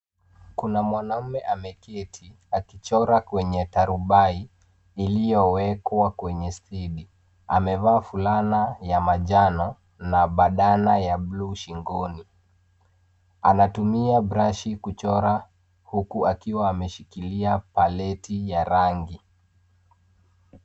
Kuna mwanaume ameketi akichora kwenye tarubai iliyowekwa kwenye stendi. Amevaa fulana ya manjano na bandana ya buluu shingoni, anatumia brashi kuchora huku akiwa ameshikilia paleti ya rangi.